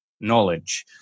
knowledge